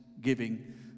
giving